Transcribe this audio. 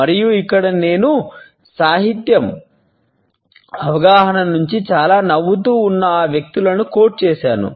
మరియు ఇక్కడ నేను సాహిత్య అవగాహన నుండి చాలా నవ్వుతూ ఉన్న ఆ వ్యక్తులను కోట్ చేశాను